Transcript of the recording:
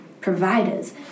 providers